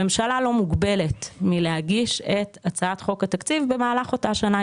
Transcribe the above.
הממשלה לא מוגבלת מלהגיש את הצעת חוק התקציב במהלך אותה שנה.